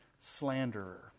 slanderer